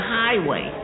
highway